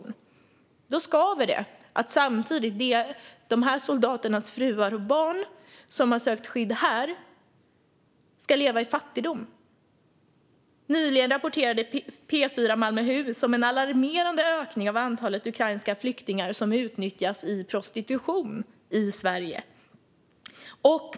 Men då skaver det när dessa soldaters fruar och barn, som har sökt skydd här i Sverige, å andra sidan ska leva i fattigdom. Nyligen rapporterade P4 Malmöhus om en alarmerande ökning av antalet ukrainska flyktingar som utnyttjas i prostitution i Sverige.